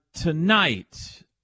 Tonight